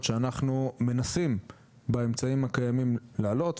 שאנחנו מנסים באמצעים הקיימים לעלות,